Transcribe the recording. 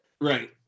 right